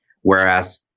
Whereas